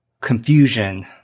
confusion